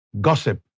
gossip